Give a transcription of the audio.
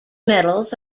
medals